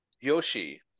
Yoshi